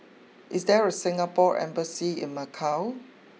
is there a Singapore embassy in Macau